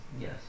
Yes